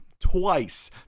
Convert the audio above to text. twice